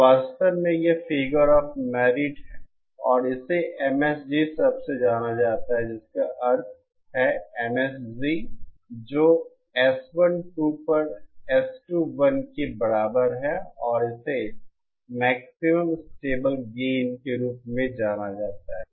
और वास्तव में यह भी फिगर ऑफ मेरिट है और इसे MSG शब्द से जाना जाता है जिसका अर्थ है MSG जो S12 पर S21 के बराबर है और इसे मैक्सिमम स्टेबल गेन के रूप में जाना जाता है